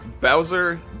Bowser